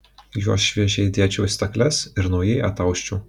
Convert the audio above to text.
juos šviežiai dėčiau į stakles ir naujai atausčiau